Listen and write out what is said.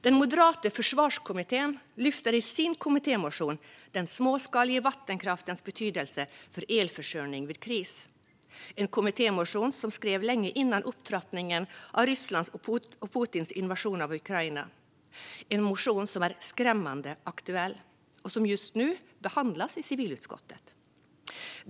Den moderata försvarskommittén lyfter i sin kommittémotion den småskaliga vattenkraftens betydelse för elförsörjning vid kris. Det är en kommittémotion som skrevs långt före upptrappningen av Rysslands och Putins invasion av Ukraina. Det är en motion som är skrämmande aktuell och som just nu behandlas i civilutskottet.